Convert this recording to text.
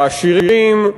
העשירים,